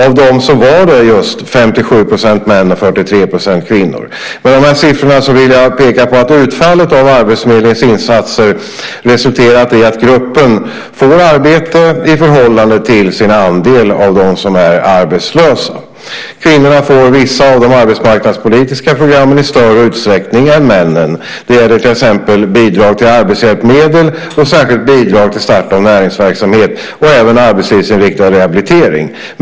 Av dem var just 57 % män och 43 % kvinnor. Med dessa siffror vill jag peka på att utfallet av arbetsförmedlingens insatser har resulterat i att gruppen får arbete i förhållande till sin andel av dem som är arbetslösa. Kvinnorna får vissa av de arbetsmarknadspolitiska programmen i större utsträckning än männen. Det gäller till exempel bidrag till arbetshjälpmedel, särskilt bidrag till start av näringsverksamhet och även arbetslivsinriktad rehabilitering.